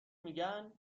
میگن